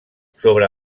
sobre